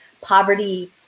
poverty